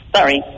Sorry